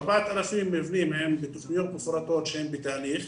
4,000 מבנים מהם בתכניות מפורטות שהם בתהליך,